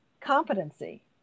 competency